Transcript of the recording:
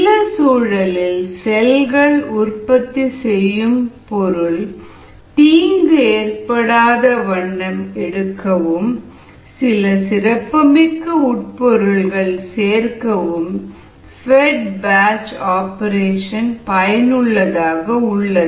சில சூழலில் செல்கள் உற்பத்தி செய்யும் பொருள் தீங்கு ஏற்படாத வண்ணம் எடுக்கவும் சில சிறப்புமிக்க உட்பொருள்கள் சேர்க்கவும் ஃபெட் பேட்ச் ஆபரேஷன் பயனுள்ளதாக உள்ளது